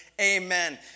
Amen